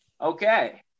Okay